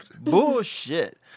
Bullshit